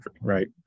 right